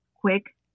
quick